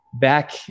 back